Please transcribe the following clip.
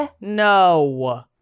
No